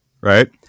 Right